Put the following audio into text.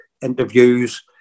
interviews